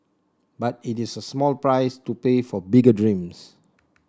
but it is a small price to pay for bigger dreams